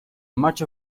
much